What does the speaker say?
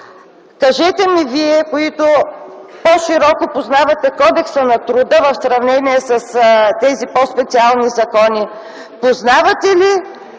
Кажете ми вие, които по-широко познавате Кодекса на труда в сравнение с тези по-специални закони – познавате ли